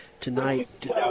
tonight